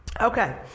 Okay